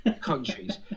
countries